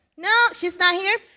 no, she's not here?